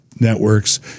networks